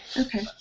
Okay